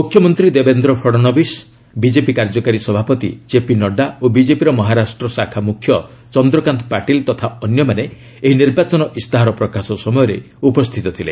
ମୁଖ୍ୟମନ୍ତ୍ରୀ ଦେବେନ୍ଦ୍ର ଫଡନବିଶ ବିଜେପି କାର୍ଯ୍ୟକାରୀ ସଭାପତି ଜେପିନଡ୍ରା ଓ ବିଜେପିର ମହାରାଷ୍ଟ୍ର ଶାଖା ମୁଖ୍ୟ ଚନ୍ଦ୍ରକାନ୍ତ ପାଟିଲ ତଥା ଅନ୍ୟମାନେ ଏହି ନିର୍ବାଚନ ଇସ୍ତାହାର ପ୍ରକାଶ ସମୟରେ ଉପସ୍ଥିତ ଥିଲେ